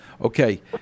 Okay